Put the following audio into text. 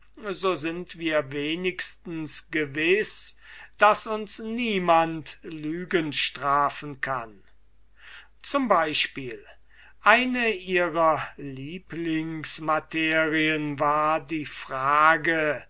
so sind wir wenigstens gewiß daß uns niemand lügen strafen kann zum exempel eine ihrer lieblingsmaterien war die frage